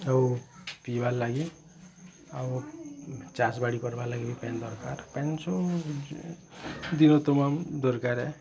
ଆଉ ପିଇବାର୍ ଲାଗି ଆଉ ଚାଷ୍ ବାଡ଼ି କରବାର୍ ଲାଗି ପାଏନ୍ ଦରକାର୍ ପାଏନ୍ ଛୁଁ ଦିନ ତମାମ୍ ଦରକାର୍